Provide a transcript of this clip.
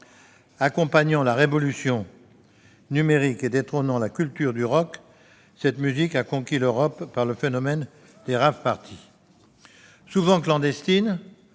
Accompagnant la révolution numérique et détrônant la culture du rock, cette musique a conquis l'Europe par le phénomène des rave-parties. Souvent clandestines,